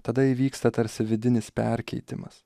tada įvyksta tarsi vidinis perkeitimas